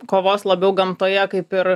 kovos labiau gamtoje kaip ir